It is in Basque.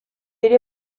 ere